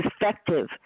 effective